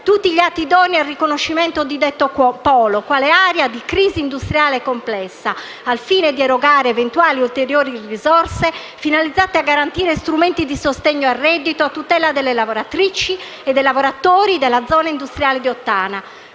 tutti gli atti idonei al riconoscimento di detto polo quale area di crisi industriale complessa, al fine di erogare eventuali ulteriori risorse finalizzate a garantire strumenti di sostegno al reddito a tutela delle lavoratrici e dei lavoratori della zona industriale di Ottana.